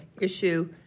issue